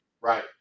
Right